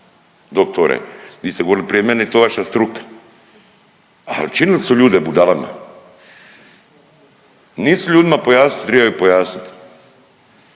doktore vi ste govorili prije mene jel to vaša struka, al činili su ljude budalama. Nisu ljudima tribali pojasnit,